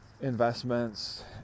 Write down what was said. investments